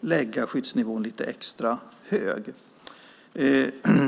lägga skyddsnivån extra högt.